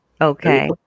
Okay